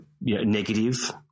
negative